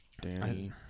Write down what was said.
Danny